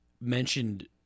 mentioned